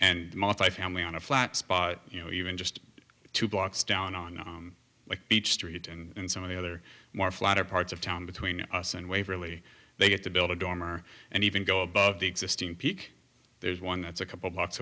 and multifamily on a flat spot you know even just two blocks down on each street and some of the other more flatter parts of town between us and waverly they get to build a dormer and even go above the existing peak there's one that's a couple blocks